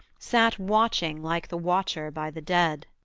sat watching like the watcher by the dead.